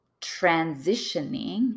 transitioning